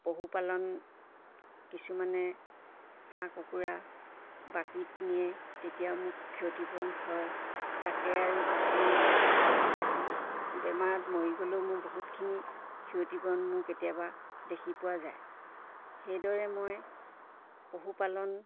পশুপালন কিছুমানে হাঁহ কুকুৰা বাকীত নিয়ে তেতিয়াও মোক ক্ষতিপূৰণ হয় তাকে আৰু কিছুমান বেমাৰত মৰি গ'লেও মোৰ বহুতখিনি ক্ষতিপূৰণ মোৰ কেতিয়াবা দেখি পোৱা যায় সেইদৰে মই পশুপালন